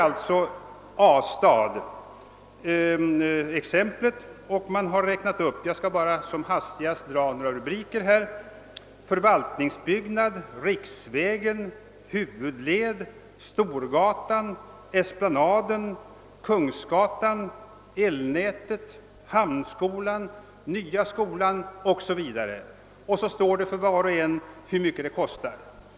I blanketten 3 a anges för A-stad — jag skall bara som hastigast ange några rubriker: Förvaltningsbyggnad, Riksvägen, Huvudled, Storgatan, Esplanaden, Kungsgatan, Elnätet, Hamnskolan, Nya skolan 0. s. v. Sedan anges kostnaden för var och en.